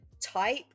type